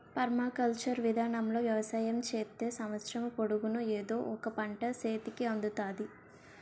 permaculture విధానములో వ్యవసాయం చేత్తే సంవత్సరము పొడుగునా ఎదో ఒక పంట సేతికి అందుతాది